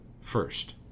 first